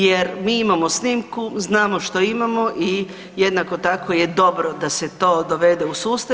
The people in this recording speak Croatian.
Jer mi imamo snimku znamo što imamo i jednako tako je dobro da se to dovede u sustav.